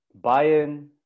Bayern